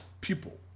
people